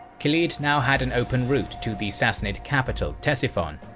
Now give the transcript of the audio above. khalid now had an open route to the sassanid capital ctesiphon,